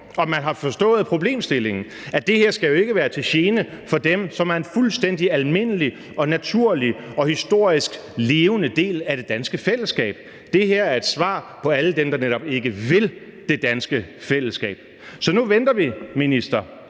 om man har forstået problemstillingen; at det her jo ikke skal være til gene for dem, som er en fuldstændig almindelig og naturlig og historisk levende del af det danske fællesskab. Det her er et svar til alle dem, der netop ikke vil det danske fællesskab. Så nu venter vi, minister.